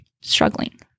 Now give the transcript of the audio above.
struggling